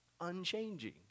unchanging